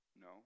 No